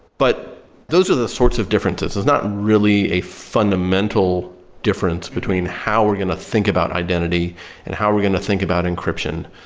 but those are the sorts of differences. it's not really a fundamental difference between how we're going to think about identity and how we're going to think about encryption.